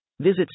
Visit